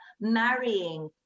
marrying